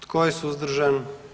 Tko je suzdržan?